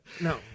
No